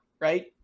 right